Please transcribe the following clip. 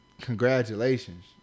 congratulations